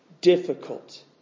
difficult